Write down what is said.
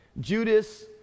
Judas